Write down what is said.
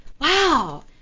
wow